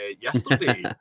yesterday